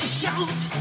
shout